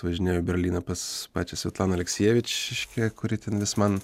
važinėju į berlyną pas pačią svetlaną aleksijevič reiškia kuri ten vis man